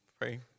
pray